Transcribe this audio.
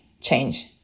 change